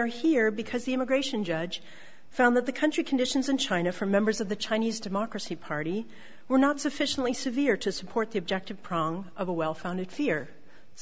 are here because the immigration judge found that the country conditions in china for members of the chinese democracy party were not sufficiently severe to support the objective prong of a well founded fear